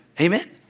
Amen